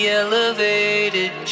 elevated